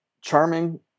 charming